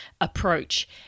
approach